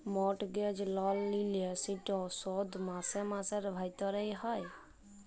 mortgage লল লিলে সেট শধ মাসে মাসে ভ্যইরতে হ্যয়